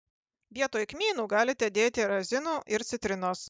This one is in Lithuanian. vietoj kmynų galite dėti razinų ir citrinos